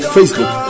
Facebook